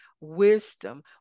wisdom